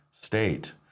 state